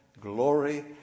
glory